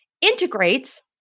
integrates